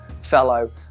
fellow